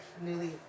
newly